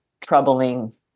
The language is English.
troubling